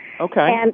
Okay